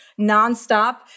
nonstop